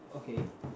okay